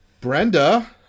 Brenda